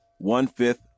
one-fifth